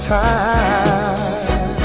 time